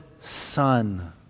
Son